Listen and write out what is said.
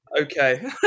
Okay